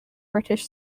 british